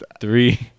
Three